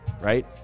right